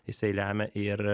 jisai lemia ir